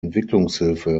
entwicklungshilfe